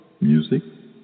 music